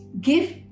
give